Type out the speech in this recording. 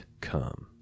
come